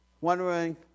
wondering